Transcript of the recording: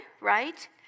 right